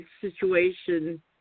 situation